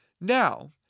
Now